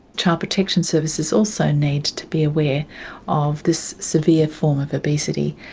child protection services also need to be aware of this severe form of obesity,